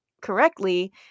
correctly